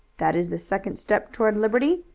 that is the second step toward liberty,